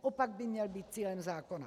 Opak by měl být cílem zákona.